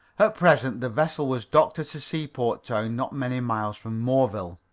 present the vessel was docked at a seaport town not many miles from moreville.